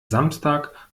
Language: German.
samstag